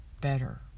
better